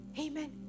Amen